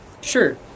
sure